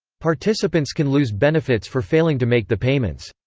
participants can lose benefits for failing to make the payments.